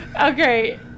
okay